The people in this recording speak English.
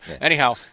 Anyhow